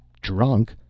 drunk